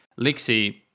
lexi